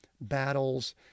battles